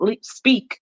speak